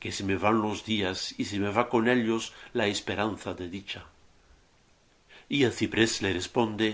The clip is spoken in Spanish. que se me van los días y se me va con ellos la esperanza de dicha y el ciprés le responde